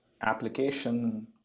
application